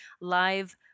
live